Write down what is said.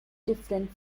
different